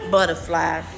Butterfly